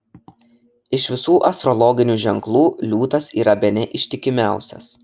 iš visų astrologinių ženklų liūtas yra bene ištikimiausias